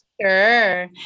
sure